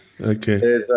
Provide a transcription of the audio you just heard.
Okay